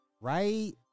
right